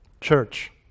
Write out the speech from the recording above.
Church